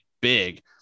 big